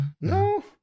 no